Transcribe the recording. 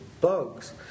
bugs